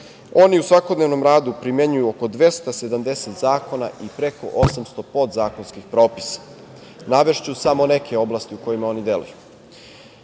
Oni u svakodnevnom radu primenjuju oko 270 zakona i preko 800 podzakonskih propisa. Navešću samo neke oblasti u kojima oni deluju.